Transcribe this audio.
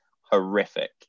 horrific